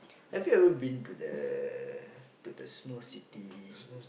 have you ever been to the to the Snow-City